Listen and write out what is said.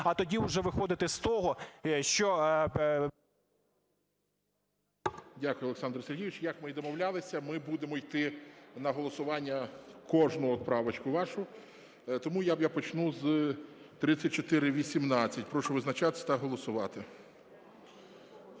а тоді уже виходити з того, що… ГОЛОВУЮЧИЙ. Дякую, Олександр Сергійович. Як ми і домовлялися, ми будемо ставити на голосування кожну поправочку вашу. Тому я почну з 3418. Прошу визначатись та голосувати.